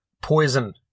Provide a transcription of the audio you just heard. Poison